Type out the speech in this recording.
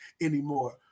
anymore